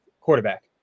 quarterback